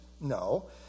no